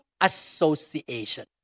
association